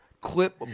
clip